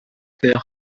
their